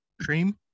Cream